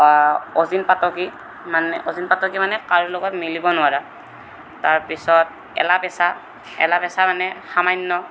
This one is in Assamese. অজীন পাতকী মানে অজীন পাতকী মানে কাৰো লগত মিলিব নোৱাৰা তাৰ পিছত এলা পেচা এলা পেচা মানে সামান্য